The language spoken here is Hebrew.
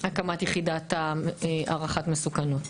והקמת יחידת הערכת המסוכנות.